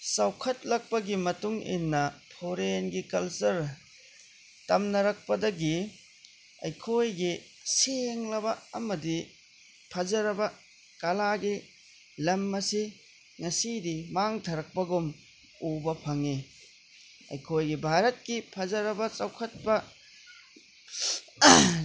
ꯆꯥꯎꯈꯠꯂꯛꯄꯒꯤ ꯃꯇꯨꯡ ꯏꯟꯅ ꯐꯣꯔꯦꯟꯒꯤ ꯀꯜꯆꯔ ꯇꯝꯅꯔꯛꯄꯗꯒꯤ ꯑꯩꯈꯣꯏꯒꯤ ꯁꯦꯡꯂꯕ ꯑꯃꯗꯤ ꯐꯖꯔꯕ ꯀꯂꯥꯒꯤ ꯂꯝ ꯑꯁꯤ ꯉꯁꯤꯗꯤ ꯃꯥꯡꯊꯔꯛꯄꯒꯨꯝ ꯎꯕ ꯐꯪꯏ ꯑꯩꯈꯣꯏꯒꯤ ꯚꯥꯔꯠꯀꯤ ꯐꯖꯔꯕ ꯆꯥꯎꯈꯠꯄ